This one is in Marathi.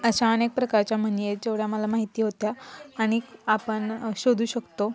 अशा अनेक प्रकारच्या म्हणी आहेत जेवढ्या मला माहिती होत्या आणि आपण शोधू शकतो